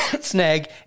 snag